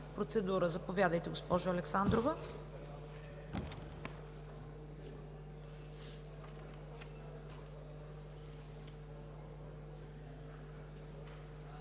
Процедура – заповядайте, госпожо Александрова.